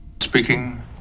Speaking